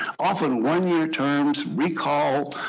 often one-year terms, recall